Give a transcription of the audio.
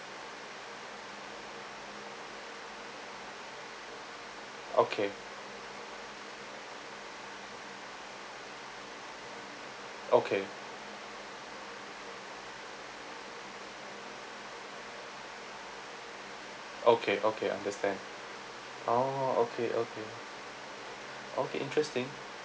okay okay okay okay understand oh okay okay okay interesting